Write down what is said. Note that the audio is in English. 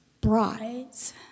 brides